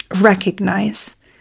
recognize